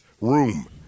room